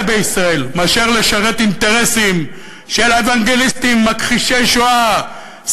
בישראל מאשר לשרת אינטרסים של אוונגליסטים מכחישי שואה,